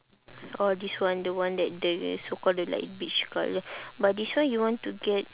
orh this one the one that the so call the like beige colour but this one you want to get